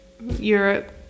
Europe